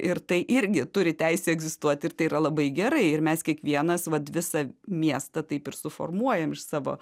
ir tai irgi turi teisę egzistuot ir tai yra labai gerai ir mes kiekvienas vat visą miestą taip ir suformuojam iš savo